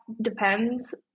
depends